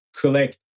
collect